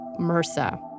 MRSA